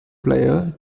player